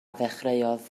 ddechreuodd